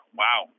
wow